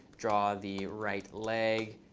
draw the right leg,